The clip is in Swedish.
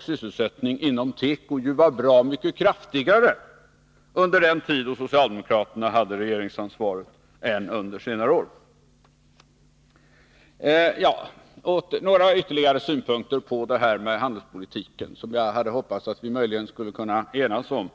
sysselsättning inom teko ju var bra mycket kraftigare under den tid då socialdemokraterna hade regeringsansvaret än under senare år. Låt mig anföra ytterligare några synpunkter på handelspolitiken, som jag hade hoppats att vi möjligen skulle kunna enas om.